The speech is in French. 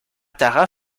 tara